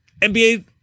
NBA